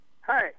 Hi